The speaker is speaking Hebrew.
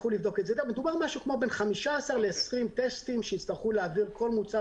מדובר על משהו בין 15 ל-20 טסטים שיצטרכו להעביר כל מוצר,